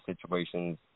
situations